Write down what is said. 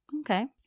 okay